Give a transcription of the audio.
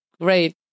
great